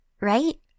right